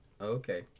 Okay